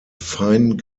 fein